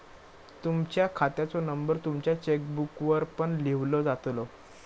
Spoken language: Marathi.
तुमच्या खात्याचो नंबर तुमच्या चेकबुकवर पण लिव्हलो जातलो